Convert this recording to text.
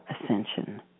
ascension